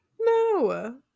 No